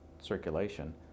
circulation